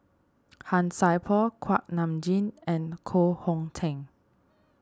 Han Sai Por Kuak Nam Jin and Koh Hong Teng